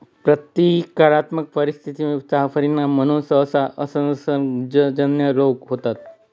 प्रतीकात्मक पर्यावरणीय परिस्थिती चा परिणाम म्हणून सहसा असंसर्गजन्य रोग होतात